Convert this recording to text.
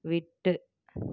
விட்டு